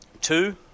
Two